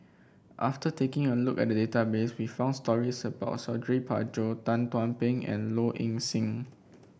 after taking a look at the database we found stories about Suradi Parjo Tan Thuan Heng and Low Ing Sing